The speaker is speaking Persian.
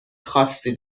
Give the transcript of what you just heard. خاصی